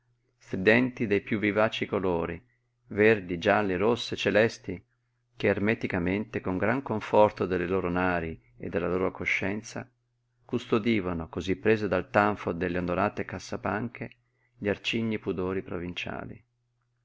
stridenti dei piú vivaci colori verdi gialle rosse celesti che ermeticamente con gran conforto delle loro nari e della loro coscienza custodivano cosí prese dal tanfo delle onorate cassapanche gli arcigni pudori provinciali